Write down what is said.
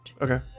Okay